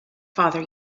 father